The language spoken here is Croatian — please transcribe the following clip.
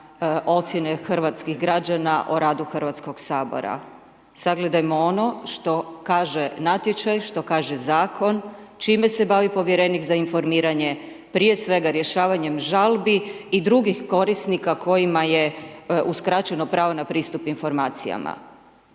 ocjene hrvatskih građana o radu Hrvatskih sabora. Sagledajmo ono što kaže natječaj, što kaže zakon, čime se bavi povjerenik za informiranje, prije svega rješavanjem žalbi i drugih korisnika kojima je uskraćeno pravo na pristup informacijama.